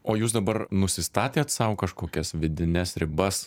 o jūs dabar nusistatėt sau kažkokias vidines ribas